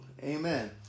Amen